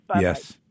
Yes